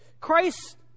Christ